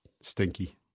stinky